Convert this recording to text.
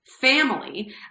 family